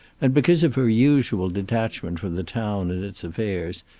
and, because of her usual detachment from the town and its affairs,